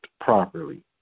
properly